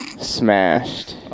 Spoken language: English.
smashed